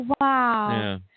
Wow